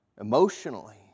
emotionally